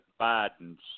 Biden's